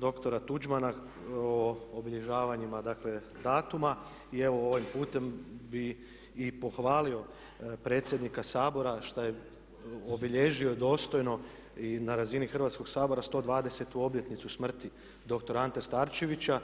doktora Tuđmana o obilježavanju dakle, datuma i evo ovim putem bih i pohvalio predsjednika Sabora što je obilježio dostojno i na razini Hrvatskog sabora 120 obljetnicu smrti doktora Ante Starčevića.